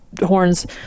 horns